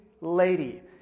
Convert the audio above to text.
lady